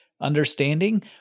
understanding